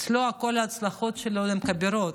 אצלו, כל ההצלחות שלו הן כבירות.